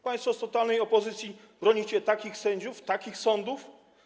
Państwo z totalnej opozycji, bronicie takich sędziów, takich sądów?